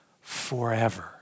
forever